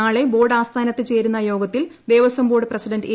നാളെ ബോർഡ് ആസ്ഥാനത്ത് ചേരുന്ന യോഗത്തിൽ ദേവസ്വം ബോർഡ് പ്രസിഡന്റ് എ